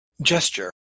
gesture